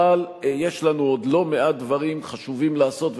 אבל יש לנו עוד לא מעט דברים חשובים לעשות,